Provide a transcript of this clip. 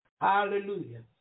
Hallelujah